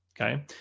okay